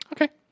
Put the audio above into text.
Okay